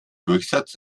durchsatz